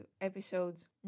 episodes